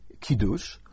kiddush